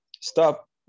stop